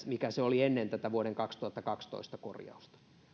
mikä se oli ennen tätä vuoden kaksituhattakaksitoista korjausta